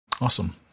Awesome